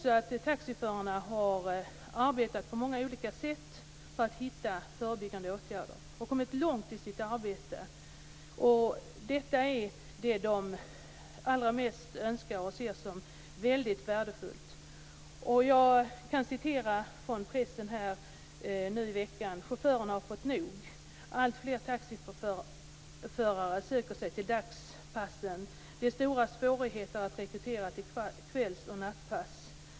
Taxiförarna har också arbetat på många olika sätt för att hitta förebyggande åtgärder. De har kommit långt i sitt arbete. Detta är det de allra mest önskar och som de ser som väldigt värdefullt. Jag kan återge det som stått i pressen nu i veckan: Chaufförerna har fått nog. Alltfler taxiförare söker sig till dagspassen. Det är stora svårigheter att rekrytera till kvälls och nattpass.